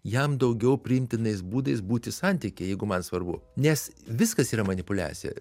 jam daugiau priimtinais būdais būti santykyje jeigu man svarbu nes viskas yra manipuliacija